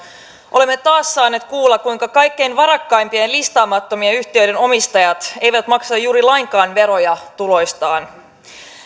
olemme taas saaneet kuulla kuinka kaikkein varakkaimpien listaamattomien yhtiöiden omistajat eivät maksa juuri lainkaan veroja tuloistaan